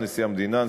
נשיא המדינה,